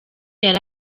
yari